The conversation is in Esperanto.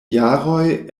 jaroj